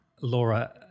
Laura